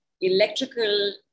electrical